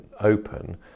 open